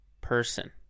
person